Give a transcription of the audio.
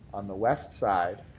on the west side